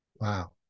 wow